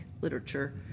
literature